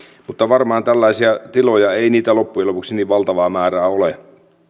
mutta varmaan tällaisia tiloja ei loppujen lopuksi niin valtavaa määrää ole